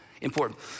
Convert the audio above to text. important